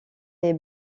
les